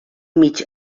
mig